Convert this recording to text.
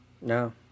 No